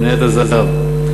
מניית הזהב,